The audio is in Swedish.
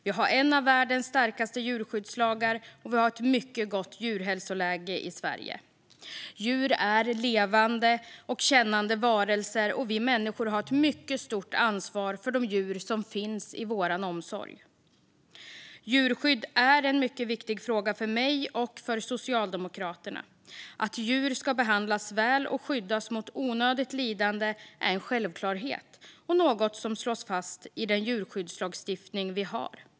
Vi har en av världens starkaste djurskyddslagar, och vi har ett mycket gott djurhälsoläge i Sverige. Djur är levande och kännande varelser, och vi människor har ett mycket stort ansvar för de djur som finns i vår omsorg. Djurskydd är en mycket viktig fråga för mig och för Socialdemokraterna. Att djur ska behandlas väl och skyddas mot onödigt lidande är en självklarhet och något som slås fast i den djurskyddslagstiftning vi har.